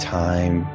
time